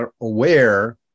aware